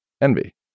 envy